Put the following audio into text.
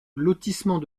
lotissement